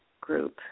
group